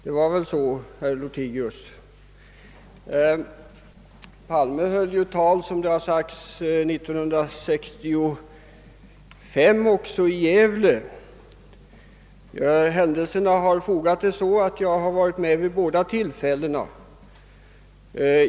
Herr Palme höll, såsom här påpekats, ett tal också år 1965, i Gävle. Händelserna har fogat det så att jag varit med vid båda de aktuella tillfällena.